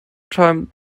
time